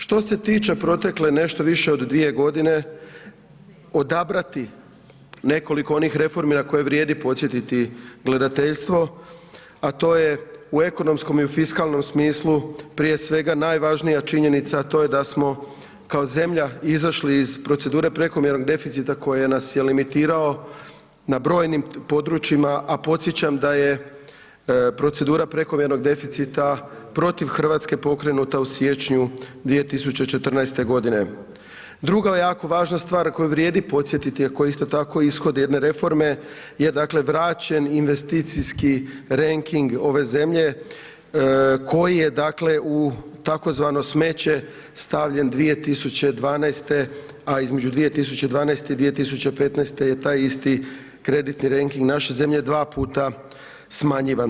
Što se tiče protekle, nešto više od 2 g. odabrati nekoliko onih reformi na kojih vrijedi podsjetiti gledateljstvo, a to je u ekonomskom i u fiskalnom smislu, prije svega najvažnija činjenica, a to je da smo kao zemlja izašli iz procedure prekomjernog deficita, koje nas je limitirao, na brojnim područjima, a podsjećam da je procedura prekomjernog deficita protiv Hrvatske pokrenuta u siječnju 2014. g. Druga jako važna stvar koju vrijedi podsjetiti, a koja je isto tako ishod jedne reforme, je dakle, vraćen investicijski rejting, ove zemlje, koji je dakle, u tzv. smeće stavljen 2012. a između 2012.-2015. je taj isti kreditni rejting naše zemlje 2 puta smanjivan.